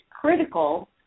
critical